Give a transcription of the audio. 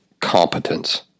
competence